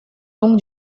donc